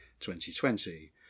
2020